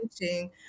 teaching